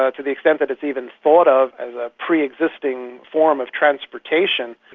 ah to the extent that it's even thought of as a pre-existing form of transportation,